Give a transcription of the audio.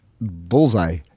bullseye